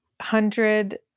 hundred